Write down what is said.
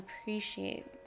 appreciate